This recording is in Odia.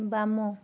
ବାମ